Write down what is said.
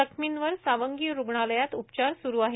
जखमींवर सावंगी रुग्णालयात उपचार सुरू आहेत